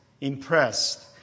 impressed